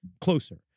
closer